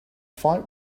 fight